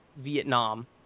Vietnam